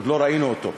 עוד לא ראינו אותו.